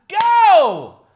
go